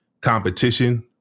competition